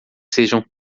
sejam